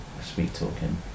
sweet-talking